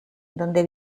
donde